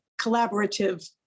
collaborative